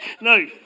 No